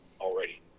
already